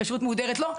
כשרות מהודרת לא,